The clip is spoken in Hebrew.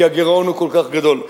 כי הגירעון הוא כל כך גדול.